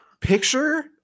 Picture